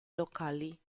locali